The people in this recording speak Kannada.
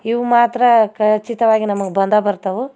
ಇವು ಮಾತ್ರ ಖಚಿತವಾಗಿ ನಮಗೆ ಬಂದೇ ಬರ್ತವೆ